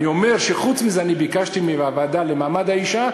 אני אומר שחוץ מזה אני ביקשתי מהוועדה למעמד האישה,